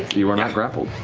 you are not grappled.